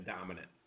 dominant